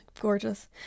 Gorgeous